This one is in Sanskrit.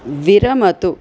विरमतु